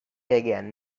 again